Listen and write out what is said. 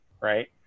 right